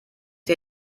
sie